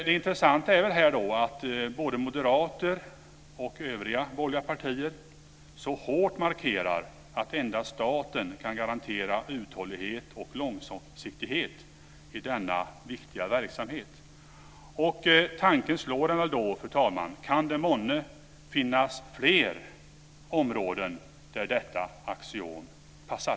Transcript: Det intressanta här är att både moderater och övriga borgerliga partier så hårt markerar att endast staten kan garantera uthållighet och långsiktighet i denna viktiga verksamhet. Tanken slår mig då, fru talman: Kan det månne finnas fler områden där detta axiom passar?